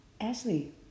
Ashley